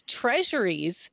Treasuries